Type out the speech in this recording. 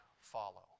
follow